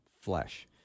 flesh